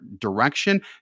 direction